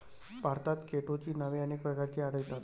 भारतात केटोची नावे अनेक प्रकारची आढळतात